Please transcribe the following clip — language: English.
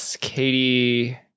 Katie